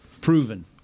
Proven